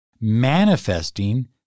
manifesting